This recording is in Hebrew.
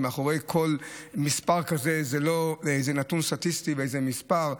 כל מספר כזה זה לא נתון סטטיסטי ומספר,